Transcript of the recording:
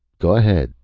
go ahead,